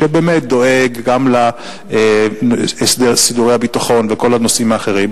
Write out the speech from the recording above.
שבאמת דואג גם להסדר סידורי הביטחון וכל הנושאים האחרים,